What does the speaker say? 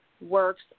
works